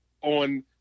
on